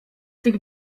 tych